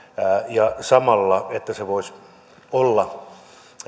ja että se samalla voisi